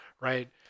right